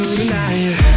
tonight